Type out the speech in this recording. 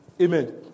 amen